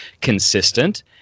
consistent